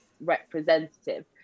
representative